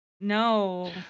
No